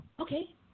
okay